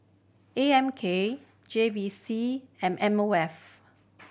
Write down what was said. A M K J V C and M O F